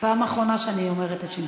פעם אחרונה שאני אומרת את שמך.